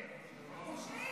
פושעים.